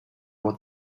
what